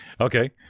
Okay